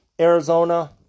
Arizona